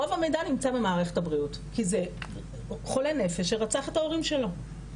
רוב המידע נמצא במערכת הבריאות כי זה חולה נפש שרצח את ההורים שלו.